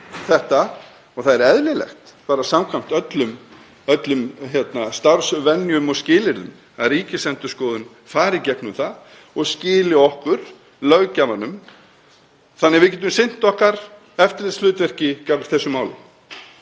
þetta og það er eðlilegt, samkvæmt öllum starfsvenjum og skilyrðum, að Ríkisendurskoðun fari í gegnum það og skili okkur löggjafanum þannig að við getum sinnt okkar eftirlitshlutverki gagnvart þessu máli.